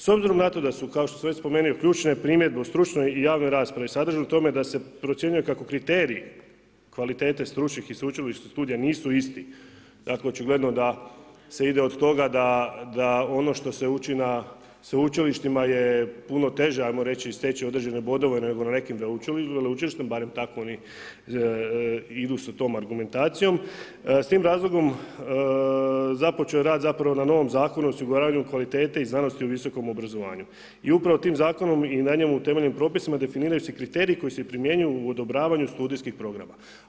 S obzirom na to da su kao što sam već spomenuo ključne primjedbe o stručnoj i javnoj raspravi sadrže u tome da se procjenjuje kako kriterij kvalitete stručnih i sveučilišnih studija nisu isti dakle očigledno da se ide o toga da ono što se uči na sveučilištima je puno teže ajmo reći steći određene bodove nego na veleučilištima barem tako oni idu sa tom argumentacijom, s tim razlogom započeo je rad na novom zakonu o osiguravanju kvalitete znanosti u visokom obrazovanju i upravo tim zakonom i na njemu temeljem propisa definiraju se kriteriji koji se primjenjuju u odobravanju studijskih programa.